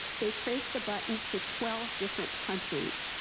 they traced the buttons to twelve different countries,